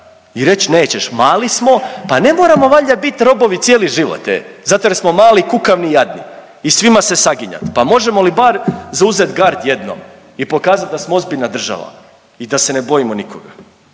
i reć nećeš mali smo pa ne moramo valjda biti robovi cijeli život e, zato jer smo mali, kukavni, jadni i svima se saginjat, pa možemo li bar zauzeti gard jednom i pokazati da smo ozbiljna država i da se ne bojimo nikoga.